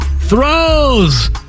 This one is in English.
throws